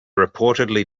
reportedly